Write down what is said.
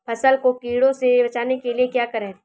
फसल को कीड़ों से बचाने के लिए क्या करें?